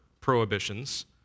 prohibitions